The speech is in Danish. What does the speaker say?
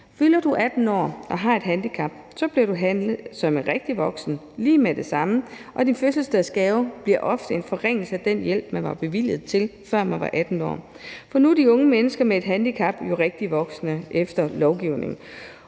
fylder du 18 år og har et handicap, bliver du behandlet som en rigtig voksen lige med det samme, og din fødselsdagsgave bliver ofte en forringelse af den hjælp, du var berettiget til, før du var 18 år. For nu er de unge mennesker med et handicap jo rigtige voksne efter lovgivningen.